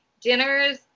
dinners